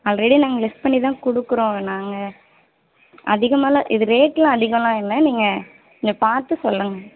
already நாங்கள் less பண்ணி தான் கொடுக்குறோங்க நாங்கள் அதிகமாகலாம் இது ரேட்டெலாம் அதிகமெலாம் இல்லை நீங்கள் நீங்கள் பார்த்து சொல்லுங்க